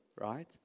right